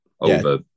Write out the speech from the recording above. over